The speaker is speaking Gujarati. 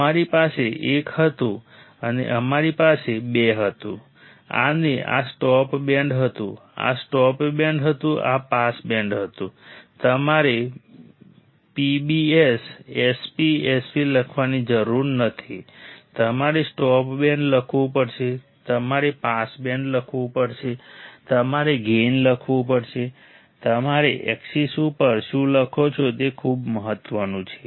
અમારી પાસે 1 હતું અને અમારી પાસે 2 હતું અને આ સ્ટોપ બેન્ડ હતું આ સ્ટોપ બેન્ડ હતું આ પાસ બેન્ડ હતું તમારે PBS SP SP લખવાની જરૂર નથી તમારે સ્ટોપ બેન્ડ લખવું પડશે તમારે પાસ બેન્ડ લખવું પડશે તમારે ગેઇન લખવું પડશે તમે એક્સિસ ઉપર શું લખો છો તે ખૂબ મહત્વનું છે